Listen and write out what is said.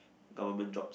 government jobs